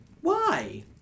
Why